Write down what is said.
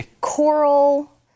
Coral